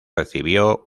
recibió